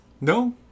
No